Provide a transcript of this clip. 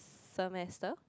semester